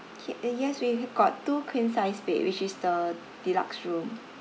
okay uh yes we ha~ got two queen size bed which is the deluxe room